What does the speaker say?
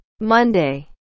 Monday